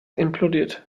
implodiert